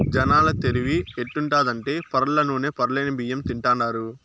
జనాల తెలివి ఎట్టుండాదంటే పొరల్ల నూనె, పొరలేని బియ్యం తింటాండారు